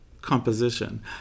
composition